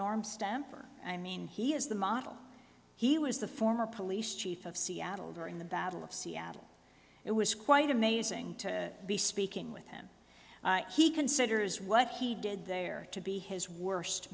norm stamper i mean he is the model he was the former police chief of seattle during the battle of seattle it was quite amazing to be speaking with him he considers what he did there to be his worst